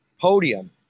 podium